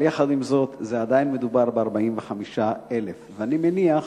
אבל עם זאת, עדיין מדובר ב-45,000, ואני מניח